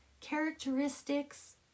characteristics